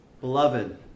beloved